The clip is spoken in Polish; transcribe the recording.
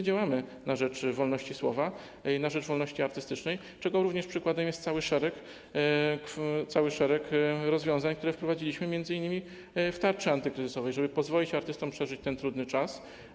Działamy na rzecz wolności słowa i na rzecz wolności artystycznej, czego przykładem jest szereg rozwiązań, które wprowadziliśmy m.in. w tarczy antykryzysowej, żeby pozwolić artystom przeżyć ten trudny czas.